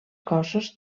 cossos